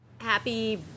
Happy